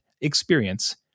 experience